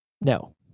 No